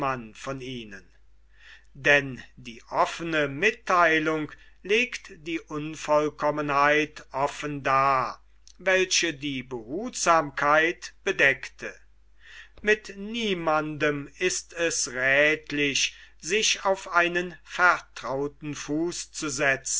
von ihnen denn die offene mittheilung legt die unvollkommenheit offen dar welche die behutsamkeit bedeckte mit niemandem ist es räthlich sich auf einen vertrauten fuß zu setzen